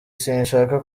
sinshaka